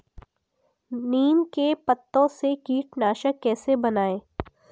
नीम के पत्तों से कीटनाशक कैसे बनाएँ?